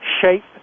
shape